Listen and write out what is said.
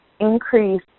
increase